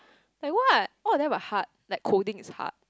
like what what about the hard like colding is hard